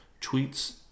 Tweet's